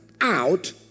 out